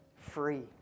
free